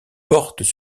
portent